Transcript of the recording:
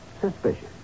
suspicious